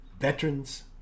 veterans